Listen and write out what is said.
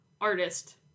artist